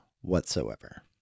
whatsoever